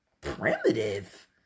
primitive